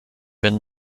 been